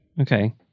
Okay